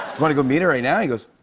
want to go meet her right now? he goes,